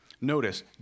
Notice